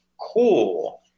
cool